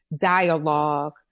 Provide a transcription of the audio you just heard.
dialogue